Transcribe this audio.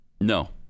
No